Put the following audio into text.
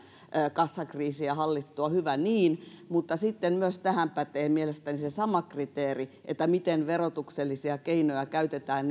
kassakriisiä hallittua hyvä niin mutta sitten myös tähän pätee mielestäni se sama kriteeri että miten verotuksellisia keinoja käytetään